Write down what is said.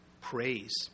praise